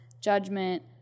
judgment